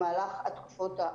המעונות לתשושים באחריות הרווחה,